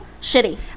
shitty